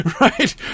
right